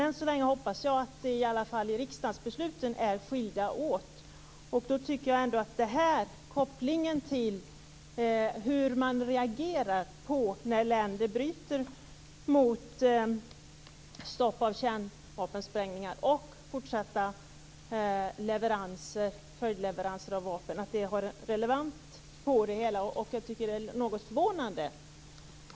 Än så länge hoppas jag att riksdagsbesluten är skilda åt. Kopplingen till hur man reagerar på när länder bryter mot avtal om stopp av kärnvapensprängningar men fortsätter med följdleveranser av vapen har relevans. Det är förvånande.